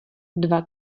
dva